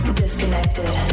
disconnected